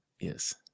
Yes